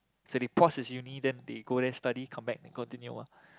so they pause his uni then they go there study come back then continue ah